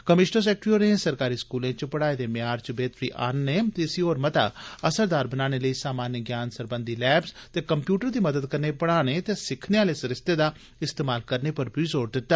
commissioner secretary होरें सरकारी स्कूलें च पढ़ाई दे म्यार च बेहतरी आनने ते इसी होर मता असरदार बनाने लेई सामान्य ज्ञान सरबंधी लैब्ज़ ते कम्पयूटर दी मदद कन्नै पढ़ाई ते सिक्खने आले सरिस्ते दा इस्तमाल करने पर जोर दिता